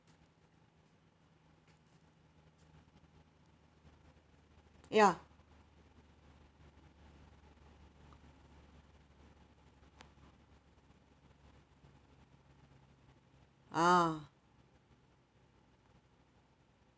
ya ah